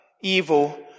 Evil